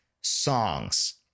songs